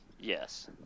Yes